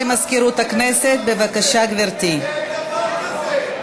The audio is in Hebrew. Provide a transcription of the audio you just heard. אין דבר כזה.